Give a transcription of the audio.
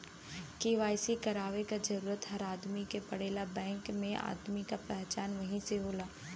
KYC करवाये क जरूरत हर आदमी के पड़ेला बैंक में आदमी क पहचान वही से होला